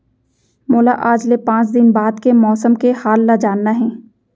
मोला आज ले पाँच दिन बाद के मौसम के हाल ल जानना हे?